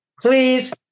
Please